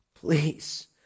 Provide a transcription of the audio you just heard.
please